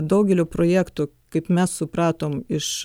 daugelio projektų kaip mes supratom iš